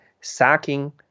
sacking